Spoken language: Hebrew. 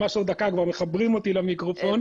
כבר מחברים אותי למיקרופון.